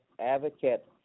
advocate